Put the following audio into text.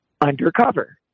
undercover